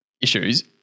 issues